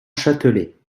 châtelet